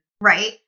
Right